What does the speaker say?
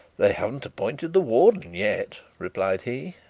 they haven't appointed the warden yet replied he.